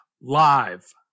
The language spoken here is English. live